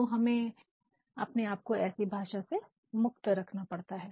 तो हमें अपने आपको ऐसी भाषा से मुक्त रखना पड़ता है